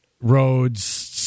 roads—